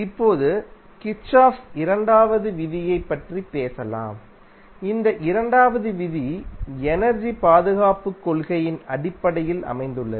இப்போது கிர்ச்சோஃப்பின் Kirchhoff's இரண்டாவது விதியைப் பற்றி பேசலாம் இந்த இரண்டாவது விதி எனர்ஜி பாதுகாப்புக் கொள்கையின் அடிப்படையில் அமைந்துள்ளது